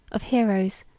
of heroes,